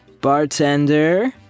Bartender